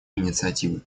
инициативы